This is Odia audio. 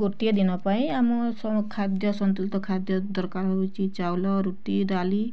ଗୋଟିଏ ଦିନ ପାଇଁ ଆମ ଖାଦ୍ୟ ସନ୍ତୁଳିତ ଖାଦ୍ୟ ଦରକାର ହେଉଛି ଚାଉଳ ରୁଟି ଡାଲି